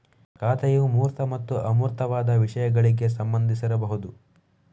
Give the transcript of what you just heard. ಖಾತೆಯು ಮೂರ್ತ ಮತ್ತು ಅಮೂರ್ತವಾದ ವಿಷಯಗಳಿಗೆ ಸಂಬಂಧಿಸಿರಬಹುದು